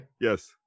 Yes